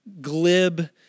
glib